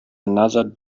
another